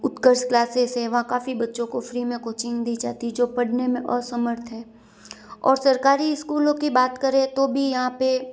उत्कर्ष classes सेवा काफ़ी बच्चों को फ़्री में कोचिंग दी जाती जो पढ़ने में असमर्थ हैं और सरकारी स्कूलों की बात करें तो भी यहाँ पे